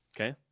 okay